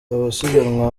abasiganwa